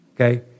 okay